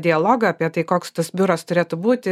dialogą apie tai koks tas biuras turėtų būti